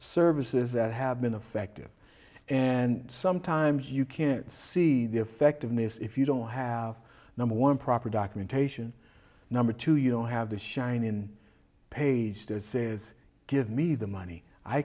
services that have been affected and sometimes you can't see the effectiveness if you don't have number one proper documentation number two you don't have the shine and page that says give me the money i